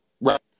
Right